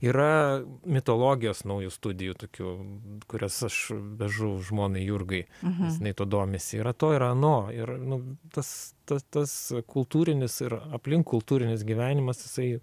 yra mitologijos naujų studijų tokių kuriuos aš vežu žmonai jurgai nes jinai tuo domisi yra to ir ano ir nu tas ta tas kultūrinis ir aplink kultūrinis gyvenimas jisai